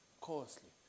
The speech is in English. costly